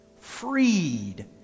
freed